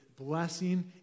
blessing